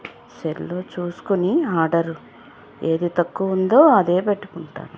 సెల్లో చూసుకొని ఆర్డర్ ఏది తక్కువ ఉందో అదే పెట్టుకుంటాను